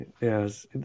Yes